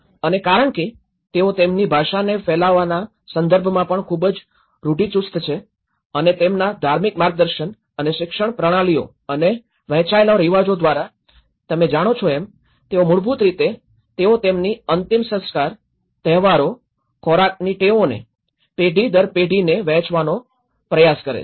અને કારણ કે તેઓ તેમની ભાષાને ફેલાવવાના સંદર્ભમાં પણ ખૂબ જ રૂઢિચુસ્ત છે અને તેમના ધાર્મિક માર્ગદર્શન અને શિક્ષણ પ્રણાલીઓ અને વહેંચાયેલા રિવાજો દ્વારા તમે જાણો છો એમ તેઓ મૂળભૂત રીતે તેમની અંતિમ સંસ્કાર તહેવારો ખોરાકની ટેવોને પેઢી દર પેઢીને વહેંચવાનો કરવાનો પ્રયાસ કરે છે